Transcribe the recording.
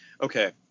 okay